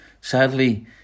Sadly